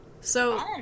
So-